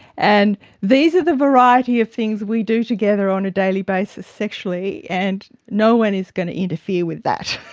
and these are the variety of things we do together on a daily basis sexually, and no one is going to interfere with that.